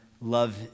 love